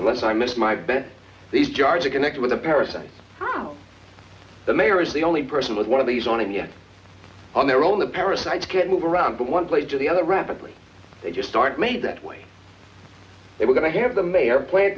unless i missed my bet these charges connected with the person running the mayor is the only person with one of these on him yet on their own the parasites can't move around but one plate to the other rapidly they just start made that way they were going to have the mayor pla